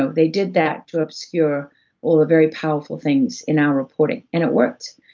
ah they did that to obscure all the very powerful things in our reporting, and it worked.